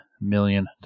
million